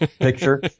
picture